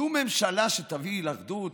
זו ממשלה שתביא לאחדות?